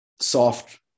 soft